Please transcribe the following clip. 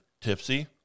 tipsy